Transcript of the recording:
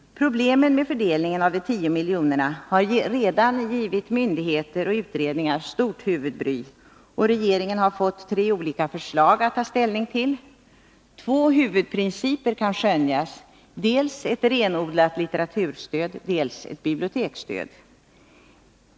Problemen med fördelningen av de tio miljonerna har redan givit myndigheter och utredningar stort huvudbry, och regeringen har fått tre olika förslag att ta ställning till. Två huvudprinciper kan skönjas, dels ett renodlat litteraturstöd, dels ett biblioteksstöd.